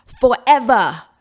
forever